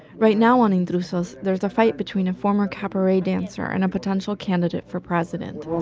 right now on intrusos, there's a fight between a former cabaret dancer and a potential candidate for president